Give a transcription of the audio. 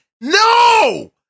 no